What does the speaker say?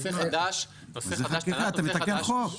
אתה מתקן חוק.